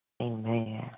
Amen